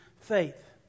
faith